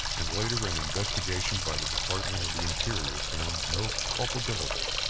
and later an investigation by the department of the interior found no culpability.